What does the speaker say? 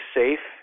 safe